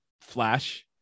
flash